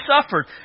suffered